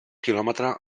quilòmetre